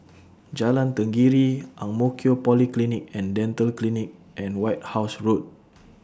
Jalan Tenggiri Ang Mo Kio Polyclinic and Dental Clinic and White House Road